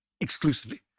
exclusively